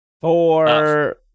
Four